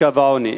לקו העוני.